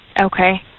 Okay